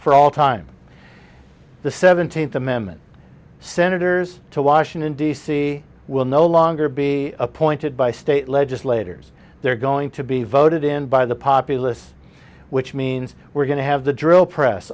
for all time the seventeenth amendment senators to washington d c will no longer be appointed by state legislators they're going to be voted in by the populace which means we're going to have the drill press